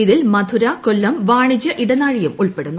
ഇതിൽ മധുര കൊല്ലം വാണിജ്യ ഇടനാഴിയും ഉൾപ്പെടുന്നു